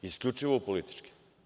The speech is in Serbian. Isključivo u političke.